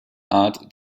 art